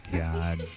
god